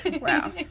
wow